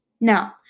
Now